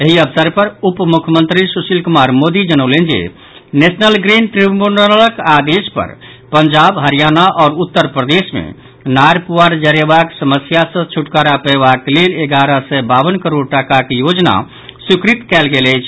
एहि अवसर पर उप मुख्यमंत्री सुशील कुमार मोदी जनौलनि जे नेशनल ग्रीन ट्रिब्यूनलक आदेश पर पंजाब हरियाणा आओर उत्तर प्रदेश मे नार पुआर जरेबाक समस्याक सॅ छुटकारा पयबाक लेल एगारह सय बावन करोड़ टाकाक योजना स्वीकृत कयल गेल अछि